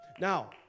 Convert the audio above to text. now